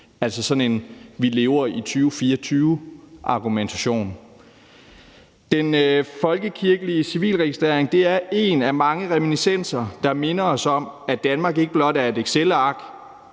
Det er sådan en vi lever i 2024-argumentation. Den folkekirkelige civilregistrering er en af mange reminiscenser, der minder os om, at Danmark ikke blot er et excelark,